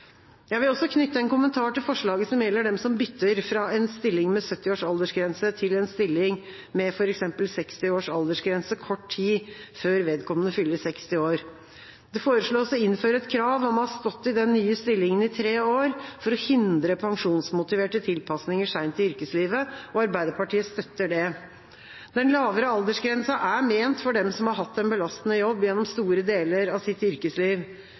Jeg vil også knytte en kommentar til forslaget som gjelder dem som bytter fra en stilling med 70 års aldergrense til en stilling med f.eks. 60 års aldersgrense kort tid før vedkommende fyller 60 år. Det foreslås å innføre et krav om å ha stått i den nye stillingen i tre år for å hindre pensjonsmotiverte tilpasninger seint i yrkeslivet. Arbeiderpartiet støtter det. Den lavere aldersgrensa er ment for dem som har hatt en belastende jobb gjennom store deler av sitt yrkesliv.